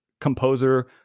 composer